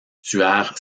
tuèrent